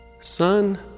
Son